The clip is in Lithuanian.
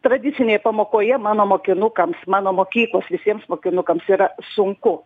tradicinėje pamokoje mano mokinukams mano mokyklos visiems mokinukams yra sunku